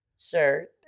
shirt